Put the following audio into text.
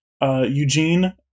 Eugene